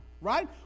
right